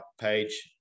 page